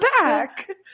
back